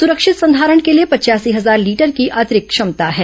सुरक्षित संधारण के लिए पचयासी हजार लीटर की अतिरिक्त क्षमता है